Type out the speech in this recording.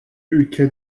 ülke